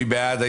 מי בעד?